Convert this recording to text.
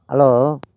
hello